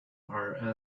are